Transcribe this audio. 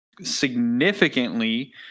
significantly